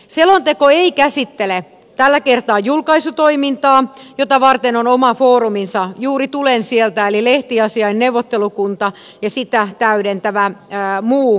selonteko ei käsittele tällä kertaa julkaisutoimintaa jota varten on oma fooruminsa juuri tulen sieltä eli lehtiasiain neuvottelukunta ja sitä täydentävä muu väki